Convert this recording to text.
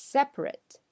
Separate